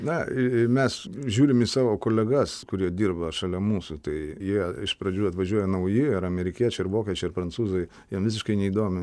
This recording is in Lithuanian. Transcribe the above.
na mes žiūrim į savo kolegas kurie dirba šalia mūsų tai jie iš pradžių atvažiuoja nauji ir amerikiečiai ir vokiečiai ir prancūzai jiems visiškai neįdomu